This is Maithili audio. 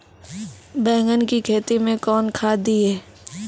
बैंगन की खेती मैं कौन खाद दिए?